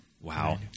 Wow